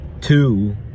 two